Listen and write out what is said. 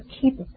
keep